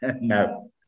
No